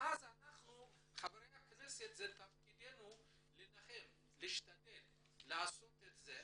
ואז תפקידם של חברי הכנסת להילחם ולהשתדל לעשות את זה.